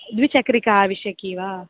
द्विचक्रिका आवश्यकी वा